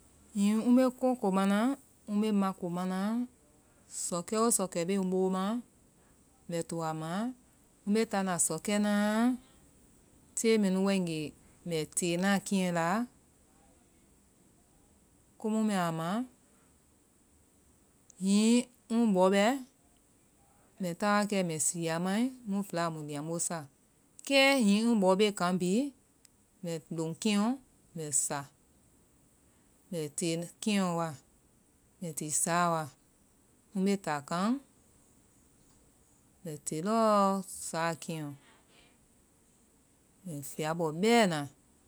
Hiŋi ŋ bée kóokó manáa, ŋ bée mako manáa, sɔkɛoo sɔkɛ bée ŋ boo ma ŋmbɛ to a maã, ŋ bée táana sɔkɛ naã, tee mɛmu wai ŋgée ŋmbɛ teena keɛ laa komu ŋmbɛ a maã, hiŋi ŋ bɔ bɛ ŋmbɛ tawa kɛ ŋmbɛ sii a maĩ mu fɛla muĩ liambo sá, kɛ hiŋi ŋ bɔ bée kaŋ bii ŋ loŋ kehɔ mbɛ sá ŋmbɛ tee kehɔ wa ŋmbɛ tee saa wa, ŋ bée taa kaŋ ŋmbɛ tée lɔɔ saa kehɔ ŋmbɛ fiya bɔ bɛɛna.